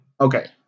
Okay